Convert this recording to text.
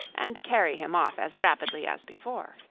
and carry him off as rapidly as before.